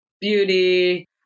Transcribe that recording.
beauty